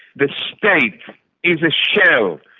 the state is a shell.